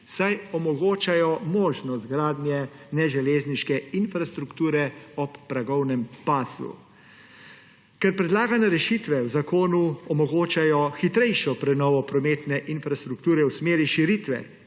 saj omogočajo možnost gradnje neželezniške infrastrukture ob progovnem pasu. Ker predlagane rešitve v zakonu omogočajo hitrejšo prenovo prometne infrastrukture v smeri širitve